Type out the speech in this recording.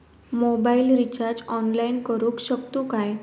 Mobile recharge online करुक शकतू काय?